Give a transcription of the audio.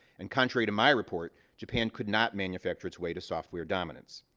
and contrary to my report, japan could not manufacture its way to software dominance.